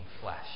flesh